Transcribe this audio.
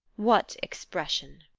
what expression?